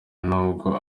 n’ubwo